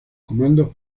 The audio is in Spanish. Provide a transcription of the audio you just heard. comandos